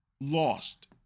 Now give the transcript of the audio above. lost